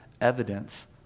evidence